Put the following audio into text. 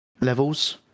levels